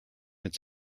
its